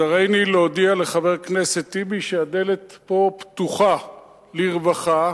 אז הריני להודיע לחבר הכנסת טיבי שהדלת פה פתוחה לרווחה,